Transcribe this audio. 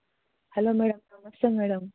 hello madam namaste madam